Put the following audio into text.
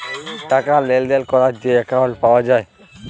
টাকা লেলদেল ক্যরার যে একাউল্ট পাউয়া যায়